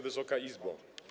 Wysoka Izbo!